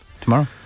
tomorrow